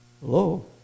Hello